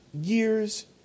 years